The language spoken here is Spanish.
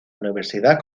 universidad